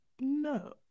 No